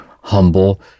humble